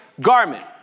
garment